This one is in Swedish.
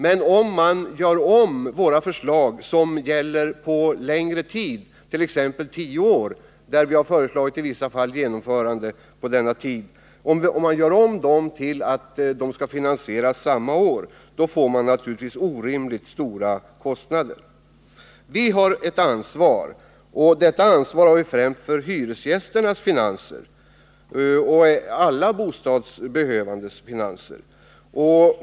Men om man gör om våra förslag som avser en längre tid —t.ex. de fall där vi föreslagit ett genomförande på en tioårsperiod — så att de skall finansieras samma år innebär det naturligtvis orimligt stora kostnader. Vi har ett ansvar främst för hyresgästernas finanser och även för alla bostadsbehövandes finanser.